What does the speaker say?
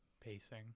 pacing